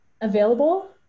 available